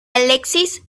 alexis